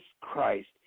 Christ